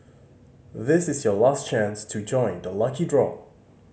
this is your last chance to join the lucky draw